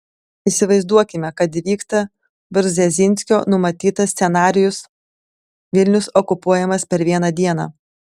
įsivaizduokime kad įvyksta brzezinskio numatytas scenarijus vilnius okupuojamas per vieną dieną